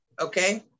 Okay